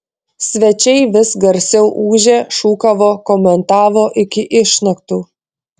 svečiai vis garsiau ūžė šūkavo komentavo iki išnaktų